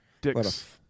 dicks